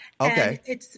Okay